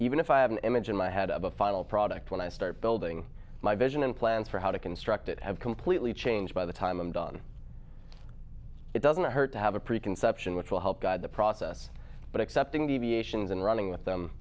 even if i have an image in my head of a final product when i start building my vision and plans for how to construct it have completely changed by the time i'm done it doesn't hurt to have a preconception which will help guide the process but accepting deviations and running